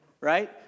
right